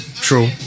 true